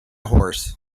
horse